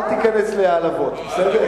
למה?